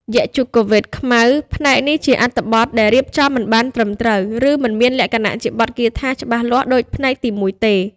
យជុវ៌េទខ្មៅ ផ្នែកនេះជាអត្ថបទដែលរៀបចំ មិនបានត្រឹមត្រូវ ឬមិនមានលក្ខណៈជាបទគាថាច្បាស់លាស់ដូចផ្នែកទីមួយទេ។